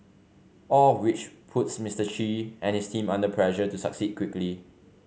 all of which puts Mister Chi and his team under pressure to succeed quickly